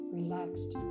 relaxed